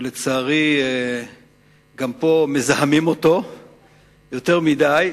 ולצערי גם פה מזהמים אותו יותר מדי,